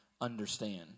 understand